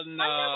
no